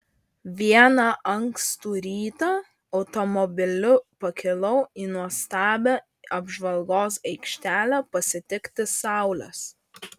vieną ankstų rytą automobiliu pakilau į nuostabią apžvalgos aikštelę pasitikti saulės